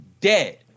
dead